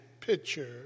picture